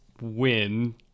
win